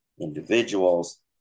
individuals